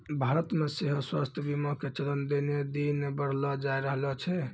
भारतो मे सेहो स्वास्थ्य बीमा के चलन दिने दिन बढ़ले जाय रहलो छै